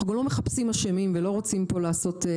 אנחנו גם לא מחפשים אשמים ולא רוצים פה לעשות.